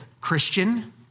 Christian